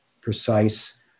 precise